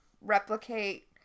replicate